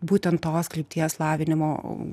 būtent tos krypties lavinimo